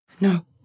No